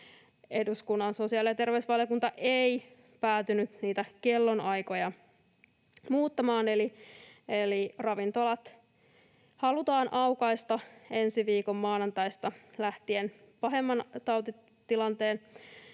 eduskunnan sosiaali‑ ja terveysvaliokunta ei päätynyt niitä kellonaikoja muuttamaan, eli ravintolat halutaan aukaista ensi viikon maanantaista lähtien pahemman tautitilanteen